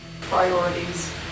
Priorities